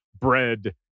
bread